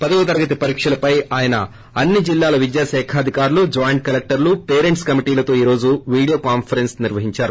పదవ తరగతి పెరీక్షలపై ఆయన అన్ని జిల్లాల విద్యాశాఖాధికారులు జాయింట్ కల్లెక్టర్లు పేరెంట్స్ కమిటీలతో ఈ రోజు వీడియో కాన్నరెస్పీ ను నిర్వహించారు